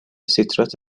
سیترات